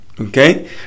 Okay